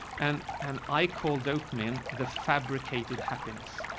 and and i call dope man, the fabricated happiness.